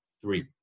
three